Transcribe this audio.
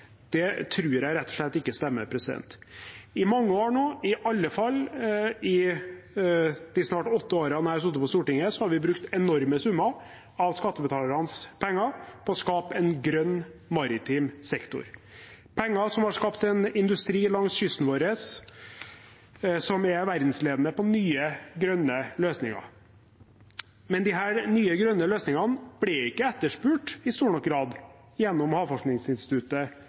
Det tror jeg rett og slett ikke stemmer. I mange år nå – i alle fall i de snart åtte årene jeg har sittet på Stortinget – har vi brukt enorme summer av skattebetalernes penger på å skape en grønn maritim sektor. Det er penger som har skapt en industri som er verdensledende på nye grønne løsninger, langs kysten vår. Men disse nye grønne løsningene ble ikke etterspurt i stor nok grad gjennom Havforskningsinstituttet